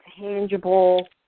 tangible